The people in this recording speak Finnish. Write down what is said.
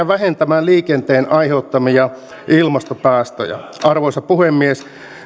vähentämään liikenteen aiheuttamia ilmastopäästöjä arvoisa puhemies